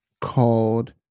called